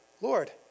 Lord